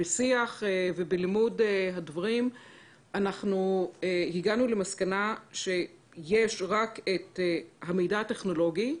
בשיח ובלימוד הדברים הגענו למסקנה שיש רק את המידע הטכנולוגי,